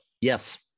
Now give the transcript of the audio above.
Yes